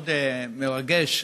מאוד מרגש,